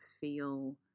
feel